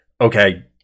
okay